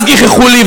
אז גיחכו לי,